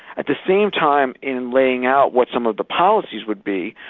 at the same time in laying out what some of the policies would be,